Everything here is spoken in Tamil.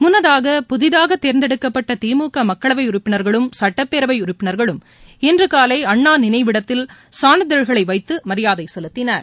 முன்னதாக புதிதாக தேர்ந்தெடுக்கப்பட்ட திமுக மக்களவை உறுப்பினர்களும் சட்டப்பேரவை உறப்பினர்களும் இன்று காலை அண்ணா நினைவிடத்தில் சான்றிதழ்களை வைத்து மரியாதை செலுத்தினர்